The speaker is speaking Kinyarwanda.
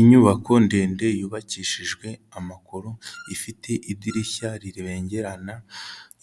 Inyubako ndende yubakishijwe amakoro ifite idirishya ribengerana,